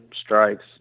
strikes